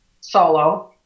solo